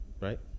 right